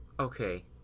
Okay